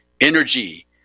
energy